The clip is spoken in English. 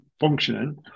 functioning